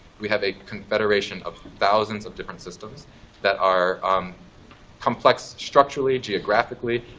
we have a confederation of thousands of different systems that are um complex structurally, geographically,